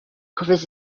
covers